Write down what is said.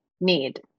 need